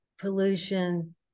pollution